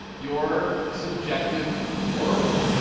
your subjective world.